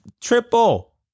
triple